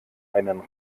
einen